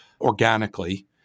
organically